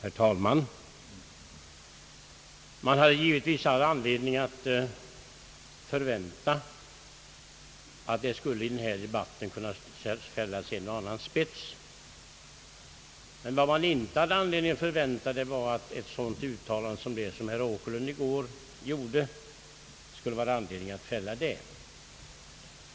Herr talman! Man har givetvis haft anledning förvänta att en och annan sak skulle komma att ställas på sin spets i denna debatt, men vad man inte haft anledning förvänta var ett sådant uttalande, som det herr Åkerlund gjorde i går.